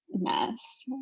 mess